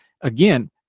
Again